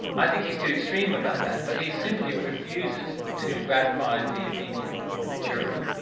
i think he's too extreme about that, but he simply refuses to gratify the athenian jury.